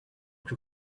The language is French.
plus